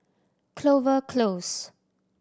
Clover Close